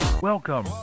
Welcome